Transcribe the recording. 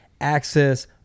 access